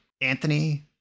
Anthony